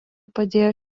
padėjo